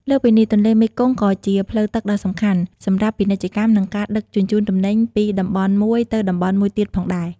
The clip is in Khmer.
លើសពីនេះ ទន្លេមេគង្គក៏ជាផ្លូវទឹកដ៏សំខាន់សម្រាប់ពាណិជ្ជកម្ម និងការដឹកជញ្ជូនទំនិញពីតំបន់មួយទៅតំបន់មួយទៀតផងដែរ។